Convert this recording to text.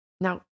Now